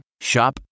Shop